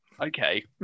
okay